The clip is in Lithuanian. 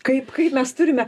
kaip kaip mes turime